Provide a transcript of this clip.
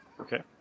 Okay